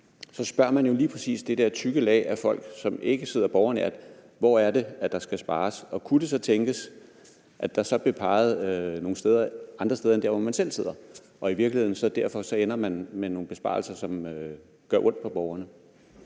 så spørger lige præcis det der tykke lag af folk, som ikke sidder borgernært, hvor der skal spares, og kunne det så tænkes, at der så bliver peget på andre steder end der, hvor de selv sidder, og man så derfor i virkeligheden ender med nogle besparelser, som gør ondt på borgerne?